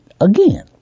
again